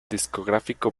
discográfico